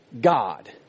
God